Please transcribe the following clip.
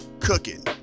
Cooking